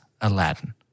Aladdin